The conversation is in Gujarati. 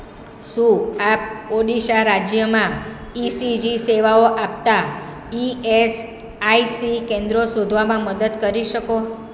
શું આપ ઓડીશા રાજ્યમાં ઇસીજી સેવાઓ આપતાં ઇ એસ આઇ સી કેન્દ્રો શોધવામાં મદદ કરી શકો